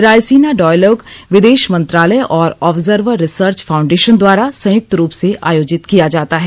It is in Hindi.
रायसीना डॉयलाग विदेश मंत्रालय और ऑब्जर्यर रिसर्च फाउंडेशन द्वारा संयक्त रूप से आयोजित किया जाता है